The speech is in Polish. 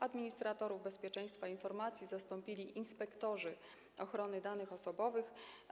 Administratorów bezpieczeństwa informacji zastąpili inspektorzy ochrony danych osobowych.